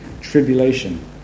tribulation